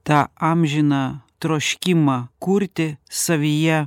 tą amžiną troškimą kurti savyje